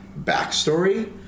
backstory